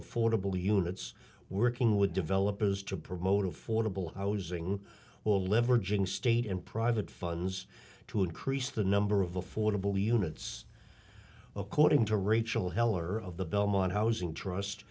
affordable units working with developers to promote affordable housing while leveraging state and private funds to increase the number of affordable units according to rachel heller of the belmont housing trust